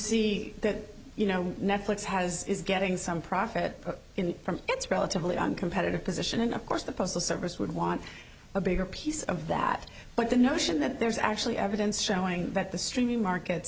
see that you know netflix has is getting some profit from its relatively i'm competitive position and of course the postal service would want a bigger piece of that but the notion that there's actually evidence showing that the streaming markets